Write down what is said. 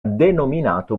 denominato